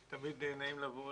תמיד נעים לבוא